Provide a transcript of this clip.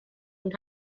und